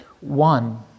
One